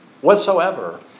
whatsoever